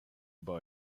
über